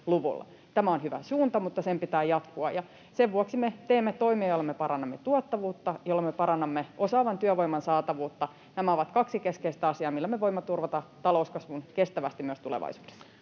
Tämä on hyvä suunta, mutta sen pitää jatkua, ja sen vuoksi me teemme toimia, joilla me parannamme tuottavuutta, joilla me parannamme osaavan työvoiman saatavuutta. Nämä ovat kaksi keskeistä asiaa, millä me voimme turvata talouskasvun kestävästi myös tulevaisuudessa.